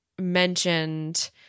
mentioned